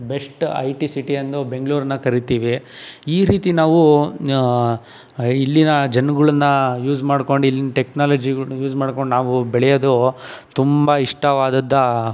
best I T city ಎಂದು ಬೆಂಗ್ಳೂರನ್ನ ಕರಿತೀವಿ ಈ ರೀತಿ ನಾವು ಇಲ್ಲಿನ ಜನಗಳನ್ನ ಯೂಸ್ ಮಾಡಿಕೊಂಡು ಇಲ್ಲಿನ ಟೆಕ್ನಾಲಜಿಗಳನ್ನು ಯೂಸ್ ಮಾಡಿಕೊಂಡು ನಾವು ಬೆಳೆಯೋದು ತುಂಬ ಇಷ್ಟವಾದ